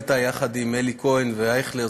יחד עם אלי כהן ואייכלר,